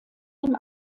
dem